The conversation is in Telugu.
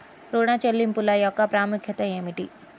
ఋణ చెల్లింపుల యొక్క ప్రాముఖ్యత ఏమిటీ?